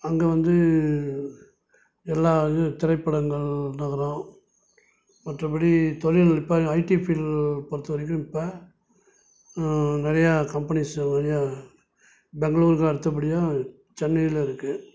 அங்கே வந்து எல்லா இது திரைப்படங்கள் நகரம் மற்ற படி தொழில் இப்போ ஐடி ஃபீல்ட் பொறுத்தவரைக்கும் இப்போ நிறையா கம்பெனிஸ் நிறையா பெங்களூருக்கு அடுத்த படியாக சென்னையில் இருக்குது